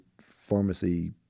pharmacy